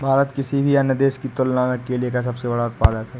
भारत किसी भी अन्य देश की तुलना में केले का सबसे बड़ा उत्पादक है